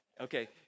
Okay